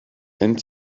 and